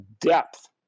depth